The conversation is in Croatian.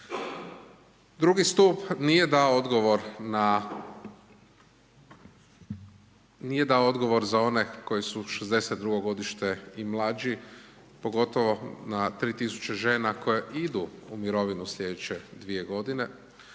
na, nije dao odgovor za one koji su '62. godište i mlađi, pogotovo na 3.000 žena koje idu u mirovinu slijedeće dvije godine